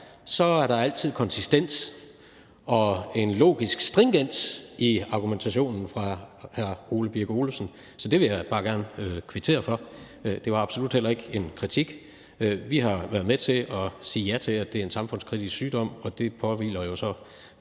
så er der altid konsistens og en logisk stringens i argumentationen fra hr. Ole Birk Olesen. Så det vil jeg bare gerne kvittere for. Det var absolut heller ikke en kritik. Vi har været med til at sige ja til, at det er en samfundskritisk sygdom, og det påhviler jo så